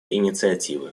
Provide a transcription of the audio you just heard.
инициативы